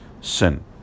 sin